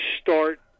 start